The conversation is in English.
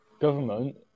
government